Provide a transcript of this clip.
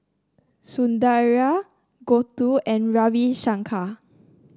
Sundaraiah Gouthu and Ravi Shankar